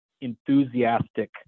enthusiastic